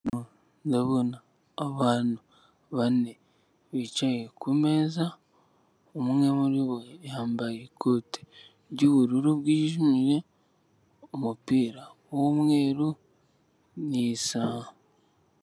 Ndabona abantu bane bicaye ku meza, umwe muri bo yambaye ikote ry'ubururu bwijimye, umupira w'umweru n'isaha.